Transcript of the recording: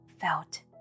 felt